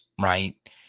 right